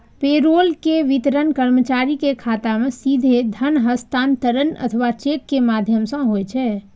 payroll के वितरण कर्मचारी के खाता मे सीधे धन हस्तांतरण अथवा चेक के माध्यम सं होइ छै